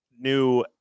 new